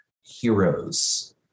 heroes